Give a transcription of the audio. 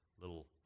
little